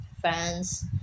friends